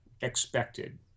expected